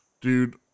Dude